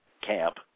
camp